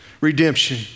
redemption